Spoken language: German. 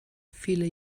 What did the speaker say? viele